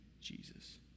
Jesus